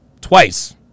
twice